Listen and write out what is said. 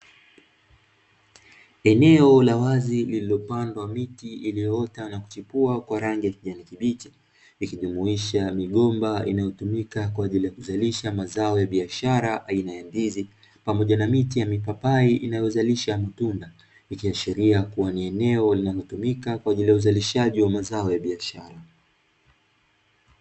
Eneo la wazi, lililopandwa miti iliyoota na kuchipua kwa rangi ya kijani kibichi, likijumuisha migomba inayotumika kwa ajili ya kuzalisha mazao ya biashara aina ya ndizi, pamoja na miti ya mipapai inayozalisha matunda. Ikiashiria kuwa ni eneo linalotumika kwa ajili ya uzalishaji wa mazao ya biashara.